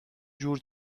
جور